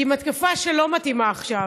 היא מתקפה שלא מתאימה עכשיו.